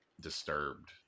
disturbed